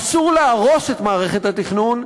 אסור להרוס את מערכת התכנון,